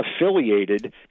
affiliated